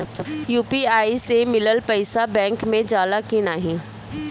UPI से मिलल पईसा बैंक मे जाला की नाहीं?